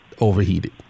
overheated